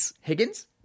Higgins